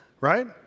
right